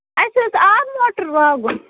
اَسہِ اوس آبہٕ موٹَر لاگُن